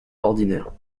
ordinaire